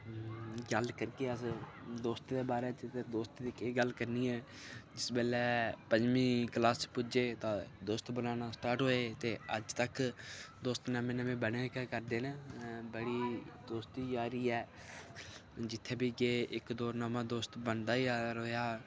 गल्ल करगे दोस्तें दे बारै च ते दोस्त दी केह् गल्ल करनी ऐ जिसलै पंञमीं क्लॉस च पुज्जे तां दोस्त बनाना स्टार्ट होए ते अज्ज तक्क दोस्त नमें नमें बना गै करदे न बड़ी दोस्ती यारी ऐ जित्थें बी गे इक्क दौ दोस्त बनदा गेआ